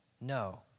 No